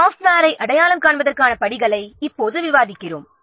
சாஃப்ட்வேரை அடையாளம் காண்பதற்கான படிகளை இப்போது விவாதிப்போம்